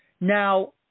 Now